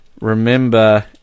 Remember